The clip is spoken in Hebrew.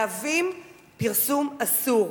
מהווים פרסום אסור.